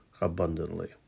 abundantly